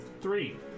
three